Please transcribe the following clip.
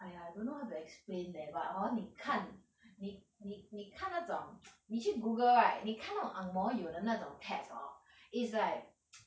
!aiya! I don't know how to explain leh but hor 你看你你你你看那种 你去 google right 你看那种 ang moh 有的那种 tats~ hor is like